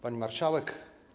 Pani Marszałek!